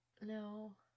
No